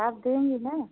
आप देंगी न